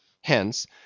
Hence